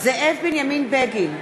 זאב בנימין בגין,